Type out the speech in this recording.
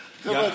חבר'ה,